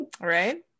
right